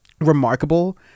remarkable